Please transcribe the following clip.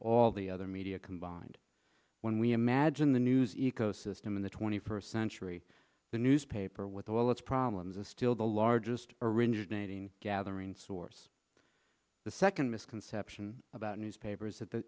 all the other media combined when we imagine the news ecosystem in the twenty first century the newspaper with all its problems a still the largest originating gathering source the second misconception about newspapers a is that th